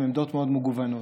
עם עמדות מאוד מגוונות.